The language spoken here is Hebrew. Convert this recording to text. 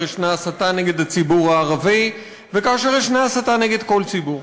יש הסתה נגד הציבור הערבי וכאשר יש הסתה נגד כל ציבור.